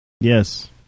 Yes